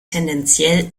tendenziell